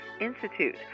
Institute